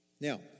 Now